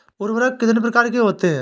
उर्वरक कितनी प्रकार के होते हैं?